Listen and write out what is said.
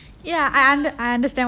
ya